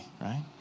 right